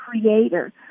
creator